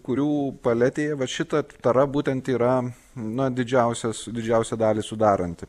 kurių paletėje va šita tara būtent yra na didžiausias didžiausią dalį sudaranti